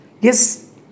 Yes